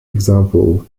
example